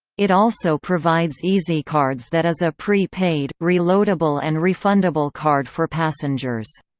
it also provides easy cards that is a pre-paid, re-loadable and refundable card for passengers.